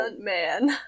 man